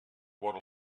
vora